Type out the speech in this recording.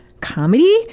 Comedy